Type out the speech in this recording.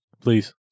please